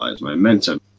momentum